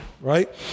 right